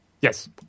Yes